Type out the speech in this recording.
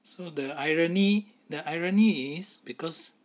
so the irony the irony is because